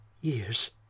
years